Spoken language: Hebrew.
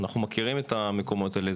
אנחנו מכירים את המקומות האלה,